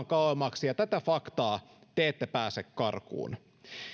kauemmaksi ja tätä faktaa te ette pääse karkuun